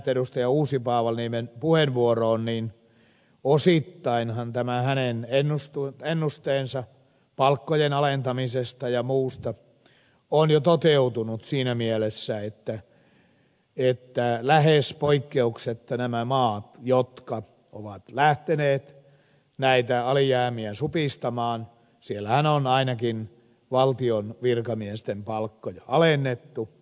uusipaavalniemen puheenvuoroon niin osittainhan tämä hänen ennusteensa palkkojen alentamisesta ja muusta on jo toteutunut siinä mielessä että lähes poikkeuksetta näissä maissahan jotka ovat lähteneet näitä alijäämiä supistamaan on ainakin valtion virkamiesten palkkoja alennettu